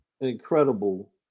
incredible